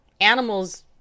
Animals